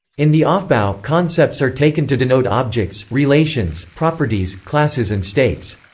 in the aufbau, concepts are taken to denote objects, relations, properties, classes and states.